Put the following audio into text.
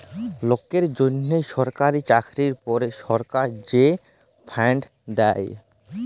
লকের জ্যনহ ছরকারি চাকরির পরে ছরকার যে ফাল্ড দ্যায়